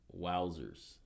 wowzers